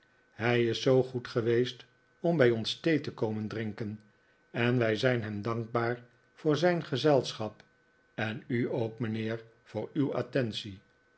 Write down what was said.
hij is zoo goed geweest om bij ons thee te komen drinken en wij zijn hem dankbaar voor zijn gezelschap en u ook mijnheer voor uw attentie